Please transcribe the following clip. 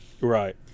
Right